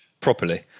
properly